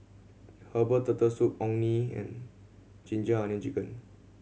herbal Turtle Soup Orh Nee and ginger onion chicken